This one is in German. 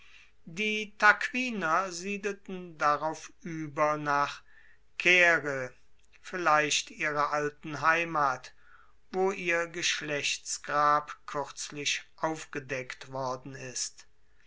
die tarquinier siedelten darauf ueber nach caere vielleicht ihrer alten heimat wo ihr geschlechtsgrab kuerzlich aufgedeckt worden ist